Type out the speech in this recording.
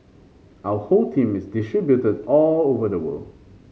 our whole team is distributed all over the world